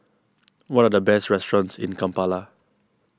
what are the best restaurants in Kampala